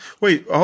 Wait